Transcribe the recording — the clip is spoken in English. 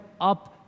up